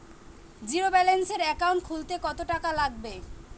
জিরোব্যেলেন্সের একাউন্ট খুলতে কত টাকা লাগবে?